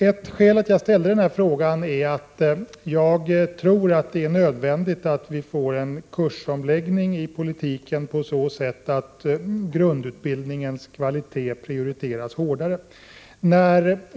Ett skäl till att jag ställde den här frågan är att jag tror att det är nödvändigt att vi får en kursomläggning i politiken på så sätt att grundutbildningens kvalitet prioriteras hårdare.